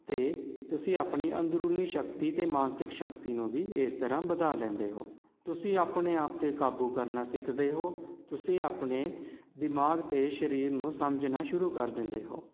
ਅਤੇ ਤੁਸੀਂ ਆਪਣੀ ਅੰਦਰੂਨੀ ਸ਼ਕਤੀ ਅਤੇ ਮਾਨਸਿਕ ਸ਼ਕਤੀ ਨੂੰ ਵੀ ਇਸ ਤਰ੍ਹਾਂ ਵਧਾ ਲੈਂਦੇ ਹੋ ਤੁਸੀਂ ਆਪਣੇ ਆਪ 'ਤੇ ਕਾਬੂ ਕਰਨਾ ਸਿੱਖਦੇ ਹੋ ਤੁਸੀਂ ਆਪਣੇ ਦਿਮਾਗ ਅਤੇ ਸਰੀਰ ਨੂੰ ਸਮਝਣਾ ਸ਼ੁਰੂ ਕਰ ਦਿੰਦੇ ਹੋ